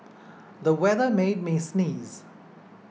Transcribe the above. the weather made me sneeze